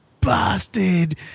bastard